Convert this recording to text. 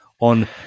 on